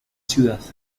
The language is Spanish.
ciudad